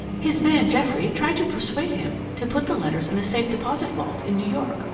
his man geoffrey tried to persuade him to put the letters in a safe-deposit vault in new york,